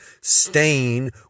stain